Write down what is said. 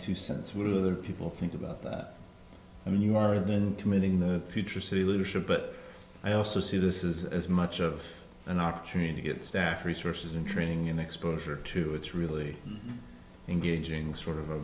to sense what other people think about that i mean you are then committing the future solution but i also see this is as much of an opportunity to get staff resources and training and exposure to it's really engaging sort of a